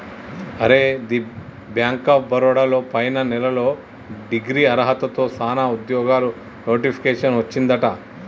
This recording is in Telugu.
అరే ది బ్యాంక్ ఆఫ్ బరోడా లో పైన నెలలో డిగ్రీ అర్హతతో సానా ఉద్యోగాలు నోటిఫికేషన్ వచ్చిందట